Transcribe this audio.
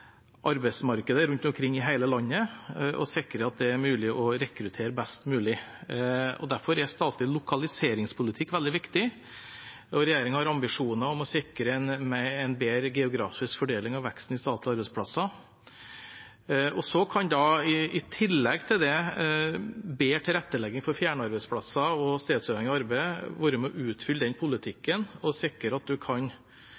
rekruttere best mulig. Derfor er statlig lokaliseringspolitikk veldig viktig, og regjeringen har ambisjoner om å sikre en bedre geografisk fordeling av veksten i statlige arbeidsplasser. I tillegg til det kan bedre tilrettelegging for fjernarbeidsplasser og stedsuavhengig arbeid være med på å utfylle den politikken og sikre at en kan